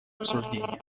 обсуждения